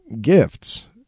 gifts